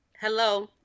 hello